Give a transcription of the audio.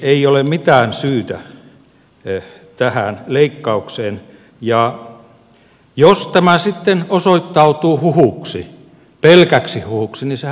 ei ole mitään syytä tähän leikkaukseen ja jos tämä sitten osoittautuu huhuksi pelkäksi huhuksi niin sehän on hyvä vain